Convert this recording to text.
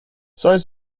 seit